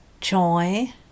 joy